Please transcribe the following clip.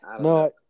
no